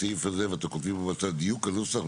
סמכותו על פי דין בתחום הפעילות שבעניינה דנה המועצה המאסדרת.